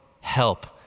help